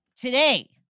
Today